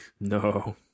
No